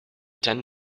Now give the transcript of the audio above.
ten